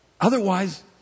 Otherwise